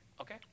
okay